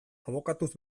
abokatuz